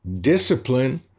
discipline